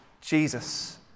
Jesus